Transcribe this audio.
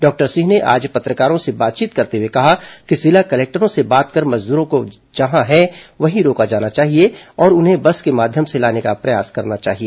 doctor Singh ने आज पत्रकारों से बातचीत करते हुए कहा कि जिला कलेक्टरों से बात कर मजदूरों को जहां है वहीं रोका जाना चाहिए और और उन्हें बस के माध्यम से लाने का प्रयास करना चाहिए